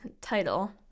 title